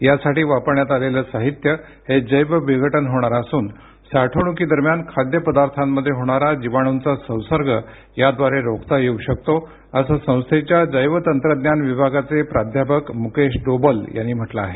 यासाठी वापरण्यात आलेलं साहित्य हे जैवविघटन होणारे असून साठवणुकीदरम्यान खाद्य पदार्थांमध्ये होणारा जिवाणूंचा संसर्ग याद्वारे रोखता येऊ शकतो असं संस्थेच्या जैवतंत्रज्ञान विभागाचे प्राध्यापक मुकेश डोबल यांनी म्हटलं आहे